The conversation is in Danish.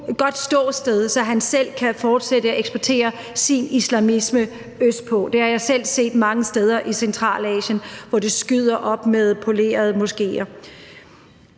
et godt ståsted, så han selv kan fortsætte med at eksportere sin islamisme østpå. Det har jeg selv set mange steder i Centralasien, hvor det skyder op med polerede moskéer.